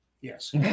Yes